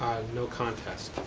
no contest.